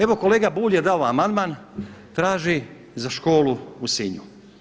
Evo kolega Bulj je dao amandman, traži za školu u Sinju.